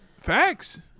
Facts